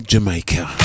Jamaica